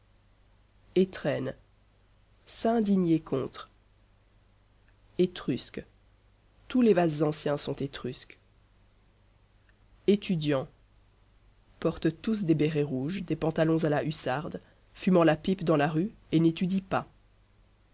étrennes s'indigner contre étrusque tous les vases anciens sont étrusques étudiant portent tous des bérets rouges des pantalons à la hussarde fumant la pipe dans la rue et n'étudie pas